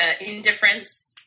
indifference